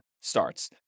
starts